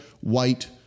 white